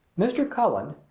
mr. cullen,